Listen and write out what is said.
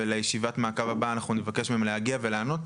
ולישיבת המעקב הבאה אנחנו נבקש מהם להגיע ולענות.